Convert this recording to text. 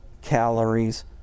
calories